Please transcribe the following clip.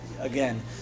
again –